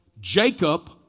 Jacob